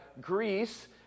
Greece